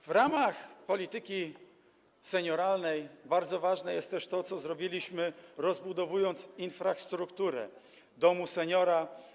W ramach polityki senioralnej bardzo ważne jest też to, co zrobiliśmy, rozbudowując infrastrukturę domu seniora.